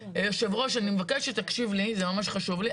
יושב הראש, אני מבקשת שתקשיב לי, זה ממש חשוב לי.